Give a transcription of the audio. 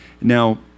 Now